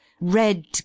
Red